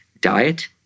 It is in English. diet